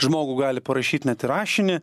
žmogų gali parašyt net ir rašinį